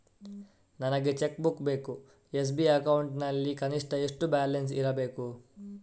ನನಗೆ cheque book ಬೇಕು SB account ನಲ್ಲಿ ಕನಿಷ್ಠ ಎಷ್ಟು ಬ್ಯಾಲೆನ್ಸ್ ಇರಬೇಕು?